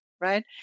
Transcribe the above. right